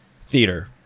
theater